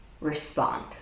respond